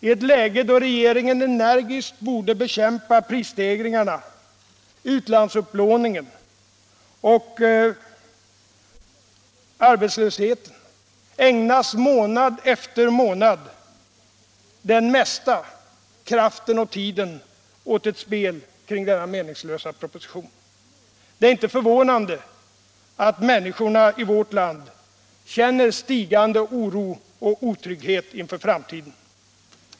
I ett läge då regeringen energiskt borde bekämpa prisstegringarna, utlandsupplåningen och arbetslösheten ägnas månad efter månad den mesta kraften och tiden åt ett spel kring denna meningslösa proposition. Det är inte förvånande att människorna i vårt land känner stigande oro och otrygghet inför framtiden.